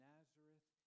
Nazareth